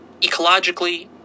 ecologically